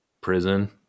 prison